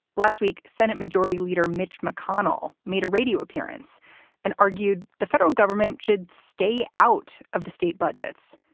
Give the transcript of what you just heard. last week, senate majority leader mitch mcconnell made a radio appearance and argued the federal government should stay out of the state budgets.